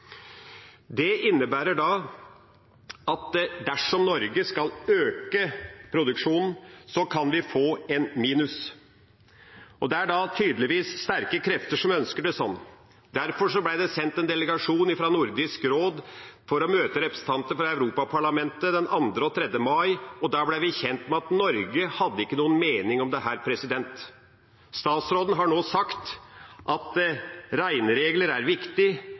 Det innebærer at dersom Norge skal øke produksjonen, kan vi få et minus, og det er tydeligvis sterke krefter som ønsker det slik. Derfor ble det sendt en delegasjon fra Nordisk råd for å møte representanter fra Europaparlamentet den 2. og 3. mai, og da ble vi kjent med at Norge ikke hadde noen mening om dette. Statsråden har nå sagt at regneregler er viktig,